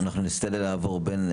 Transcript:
אני דווקא את קרוהן וקוליטיס כן מכירה,